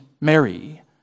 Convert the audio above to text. Mary